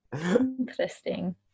Interesting